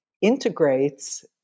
integrates